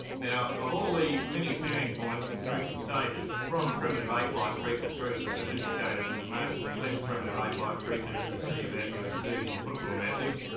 now of all the many turning points and crucial stages from primitive ape-like creature through to the sophisticated and marginally less primitive ape-like creature that you see about you at zoos and football matches,